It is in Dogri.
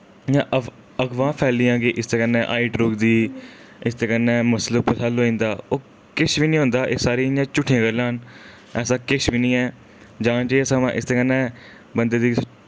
इ'यां अफ अफवाहं फैलियां क इसदे कन्नै हाइट रुकदी इसदे कन्नै मस्सल उपसेल होई जंदा किश बी नि होंदा एह् सारी इ'यां झूठियां गल्लां न ऐसा किश बी निं ऐ जाना चाहिदा समां इसदे कन्नै बंदे दी